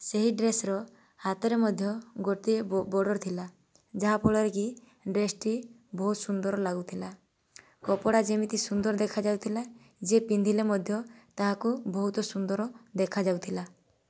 ସେହି ଡ୍ରେସ୍ର ହାତରେ ମଧ୍ୟ ଗୋଟିଏ ବର୍ଡ଼ର ଥିଲା ଯାହାଫଳରେକି ଡ୍ରେସ୍ଟି ବହୁତ ସୁନ୍ଦର ଲାଗୁଥିଲା କପଡ଼ା ଯେମିତି ସୁନ୍ଦର ଦେଖାଯାଉଥିଲା ଯିଏ ପିନ୍ଧିଲେ ମଧ୍ୟ ତାହାକୁ ବହୁତ ସୁନ୍ଦର ଦେଖା ଯାଉଥିଲା